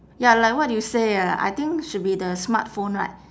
ya like what you say eh I think should be the smartphone right